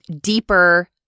deeper